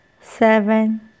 seven